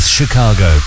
Chicago